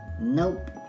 nope